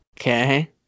Okay